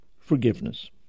forgiveness